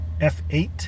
F8